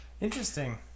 Interesting